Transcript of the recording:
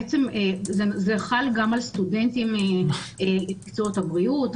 בעצם זה חל גם על סטודנטים במקצועות הבריאות,